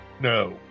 No